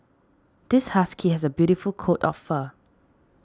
this husky has a beautiful coat of fur